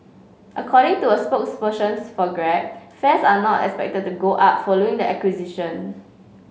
according to a spokespersons for grab fares are not expected to go up following the acquisition